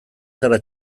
zara